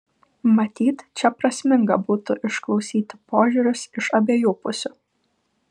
matyt čia prasminga būtų išklausyti požiūrius iš abiejų pusių